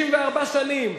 64 שנים.